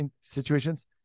situations